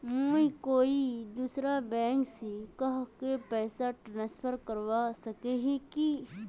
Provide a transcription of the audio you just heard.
मुई कोई दूसरा बैंक से कहाको पैसा ट्रांसफर करवा सको ही कि?